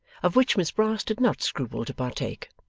of which miss brass did not scruple to partake.